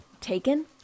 Taken